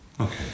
Okay